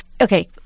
okay